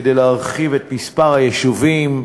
כדי להרחיב את מספר היישובים,